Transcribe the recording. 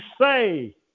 say